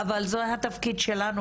אבל זה התפקיד שלנו,